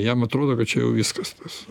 jam atrodo kad čia jau viskas tas